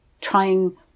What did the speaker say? trying